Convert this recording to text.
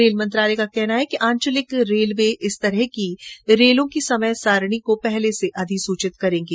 rail मंत्रालय का कहना है कि आंचलिक रेलवे इस तरह की रेलगाडियों की समय सारणी को पहले से अधिसूचित करेंगे